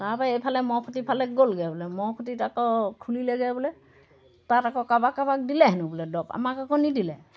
তাৰপৰা এইফালে ম'হখুঁটিফালে গ'লগৈ বোলে ম'হখুঁটিত আকৌ খুলিলেগৈ বোলে তাত আকৌ কাৰোবাক কাৰোবাক দিলে হেনো বোলে দৰৱ আমাক আকৌ নিদিলে